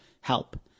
help